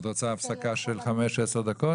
את רוצה הפסקה של 5-10 דקות?